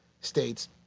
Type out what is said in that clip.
states